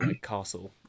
castle